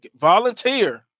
Volunteer